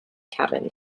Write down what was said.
cabin